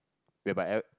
whereby e~